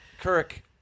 Kirk